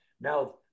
Now